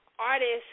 Artists